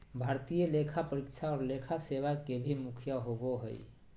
भारतीय लेखा परीक्षा और लेखा सेवा के भी मुखिया होबो हइ